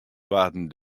waarden